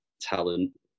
talent